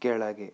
ಕೆಳಗೆ